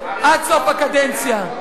עד סוף הקדנציה.